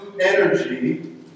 energy